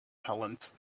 helens